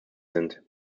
sind